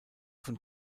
von